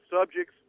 subjects